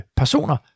personer